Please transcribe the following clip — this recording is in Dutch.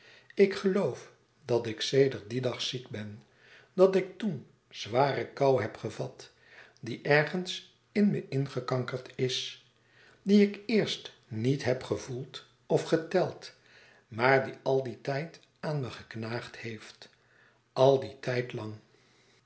ik geloof dat ik sedert dien dag ziek ben dat ik toen zware koû heb gevat die ergens in me ingekankerd is die ik eerst niet heb gevoeld of geteld maar die al dien tijd aan me geknaagd heeft al dien tijd lang